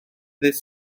ddydd